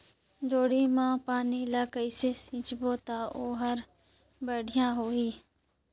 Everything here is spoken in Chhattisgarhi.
जोणी मा पानी ला कइसे सिंचबो ता ओहार बेडिया होही?